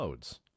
Modes